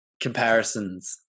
comparisons